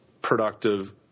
productive